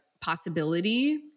possibility